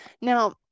Now